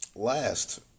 Last